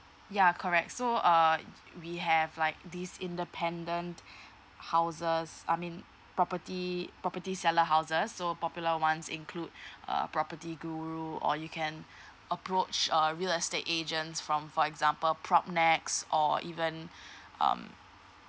ya correct so err we have like this independent houses I mean property property seller houses so popular [ones] include a property guru or you can approach uh real estate agents from for example propnex or even um